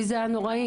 זה קצב החלמה שלה.